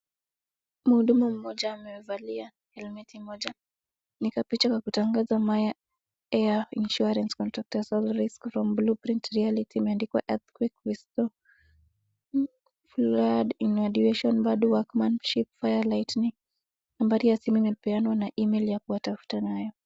Mhudumu mmoja amevalia helmeti moja, ni kapicha ka kutangaza mayfair insurance, contractors all risks, from blueprint to reality, imeandikwa earthquake, windstorm, flood, inundation, bad workmanship, fire, lightning nambari ya simu imepeanwa na email ya kuwatafuta nayo.